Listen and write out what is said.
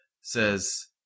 says